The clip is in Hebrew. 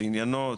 שעניינו,